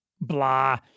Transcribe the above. Blah